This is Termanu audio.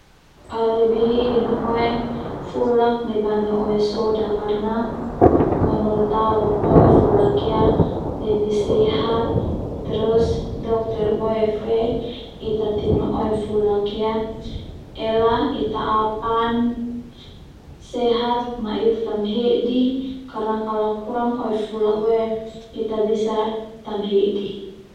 Au lebe hi inu oe fulak dibanding oe soda karna menurut au oe fulak ia lebih sehat terus dokter boe fe Ita tinu oe fulak ia ela Ita aopan sehat ma Ita ta tamhedi karna kalo kurang oe fulak Boe Ita bisa tamhedi.